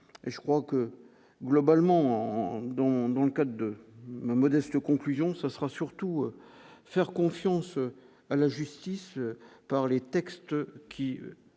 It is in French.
et je crois que globalement en dont, dans le cas de ma modeste conclusion ce sera surtout faire confiance à la justice par les textes qui